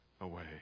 away